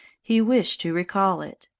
he wished to recall it.